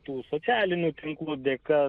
tų socialinių tinklų dėka